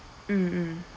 mm mm